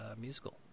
musical